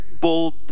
bold